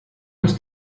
muss